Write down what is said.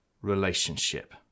relationship